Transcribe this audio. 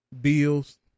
bills